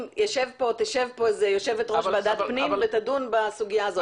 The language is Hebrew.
תשב פה יו"ר ועדת פנים ותדון בסוגיה הזאת.